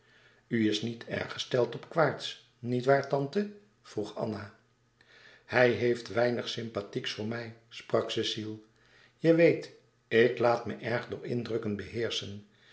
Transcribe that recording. is niet erg gesteld op quaerts niet waar tante vroeg anna hij heeft weinig sympathieks voor mij sprak cecile je weet ik laat me erg door indrukken beheerschen